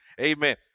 Amen